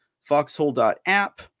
foxhole.app